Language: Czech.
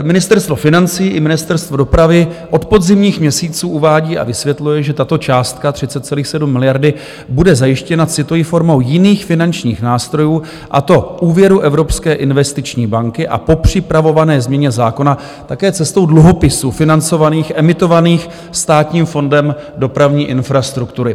Ministerstvo financí i Ministerstvo dopravy od podzimních měsíců uvádí a vysvětluje, že tato částka 30,7 miliardy bude zajištěna cituji formou jiných finančních nástrojů, a to úvěru Evropské investiční banky, a po připravované změně zákona také cestou dluhopisů financovaných, emitovaných Státním fondem dopravní infrastruktury.